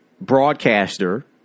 broadcaster